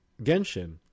Genshin